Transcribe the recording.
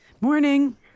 Morning